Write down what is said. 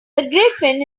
griffin